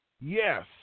Yes